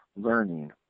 learning